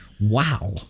wow